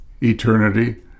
eternity